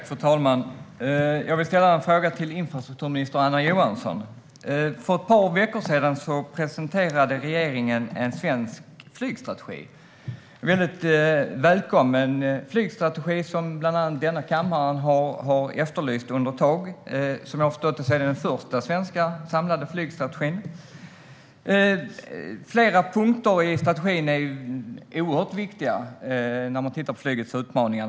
Fru talman! Jag vill ställa en fråga till infrastrukturminister Anna Johansson. För ett par veckor sedan presenterade regeringen en svensk flygstrategi - en väldigt välkommen strategi, som bland annat denna kammare har efterlyst ett tag. Som jag har förstått det är det den första svenska samlade flygstrategin. Flera punkter i strategin är oerhört viktiga när man tittar på flygets utmaningar.